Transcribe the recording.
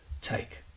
take